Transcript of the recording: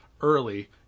early